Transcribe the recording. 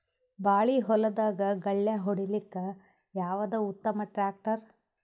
ಬಾಳಿ ಹೊಲದಾಗ ಗಳ್ಯಾ ಹೊಡಿಲಾಕ್ಕ ಯಾವದ ಉತ್ತಮ ಟ್ಯಾಕ್ಟರ್?